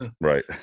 Right